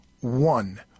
one